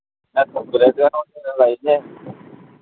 ఆ తక్కువ రేట్ లోనే ఉంది కదా హైట్ లేపే